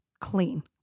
clean